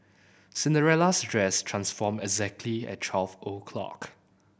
Cinderella's dress transformed exactly at twelve o'clock